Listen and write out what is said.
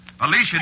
Alicia